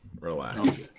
relax